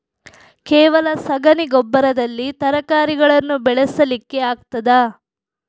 ಕೇವಲ ಸಗಣಿ ಗೊಬ್ಬರದಲ್ಲಿ ತರಕಾರಿಗಳನ್ನು ಬೆಳೆಸಲಿಕ್ಕೆ ಆಗ್ತದಾ?